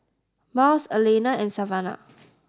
Marlys Alaina and Savannah